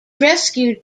rescued